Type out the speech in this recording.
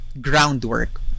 groundwork